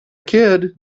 kid